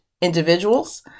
individuals